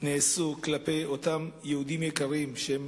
נעשו כלפי אותם יהודים יקרים, שהם